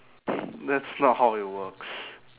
that's not how it works